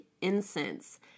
incense